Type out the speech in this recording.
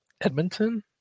Edmonton